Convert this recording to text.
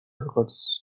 records